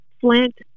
Flint